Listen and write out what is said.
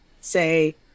say